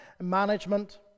management